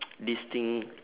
this thing